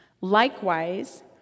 Likewise